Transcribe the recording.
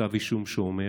כתב אישום שאומר